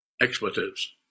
expletives